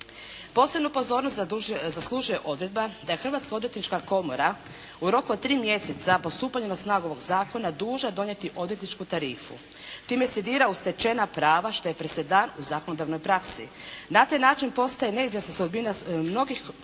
Posebnu pozornost zaslužuje odredba da je Hrvatska odvjetnička komora u roku od tri mjeseca po stupanju na snagu ovog zakona, dužna donijeti odvjetničku tarifu. Time se dira u stečena prava što je presedan u zakonodavnoj praksi. Na taj način postaje neizvjesna sudbina mnogih koji